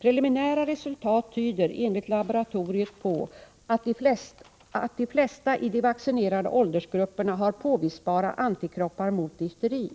Preliminära resultat tyder, enligt laboratoriet, på att de flesta i de vaccinerade åldersgrupperna har påvisbara antikroppar mot difteri.